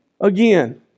again